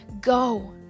go